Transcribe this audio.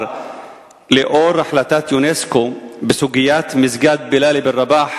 לאור החלטת אונסק"ו בסוגיית מסגד בילאל אבן רבאח